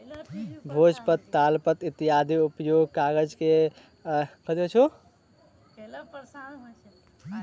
भोजपत्र, तालपत्र इत्यादिक उपयोग कागज के अयला सॅ बंद प्राय भ गेल अछि